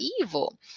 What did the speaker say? evil